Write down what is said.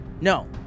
No